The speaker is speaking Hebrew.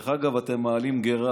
אתם מעלים גרה,